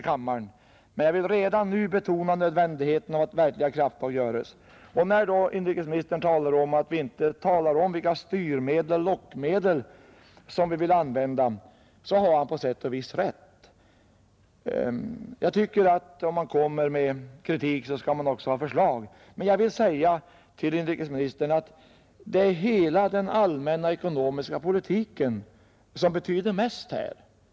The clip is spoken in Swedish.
Jag vill dock redan nu betona nödvändigheten av att verkliga kraftåtgärder vidtas. När inrikesministern säger att vi inte talar om vilka styrmedel och lockmedel vi vill använda har han på sätt och vis rätt. Jag tycker att man, om man kommer med kritik, också bör ha förslag. Men jag vill säga till inrikesministern att hela den allmänna ekonomiska politiken betyder mest här.